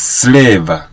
slave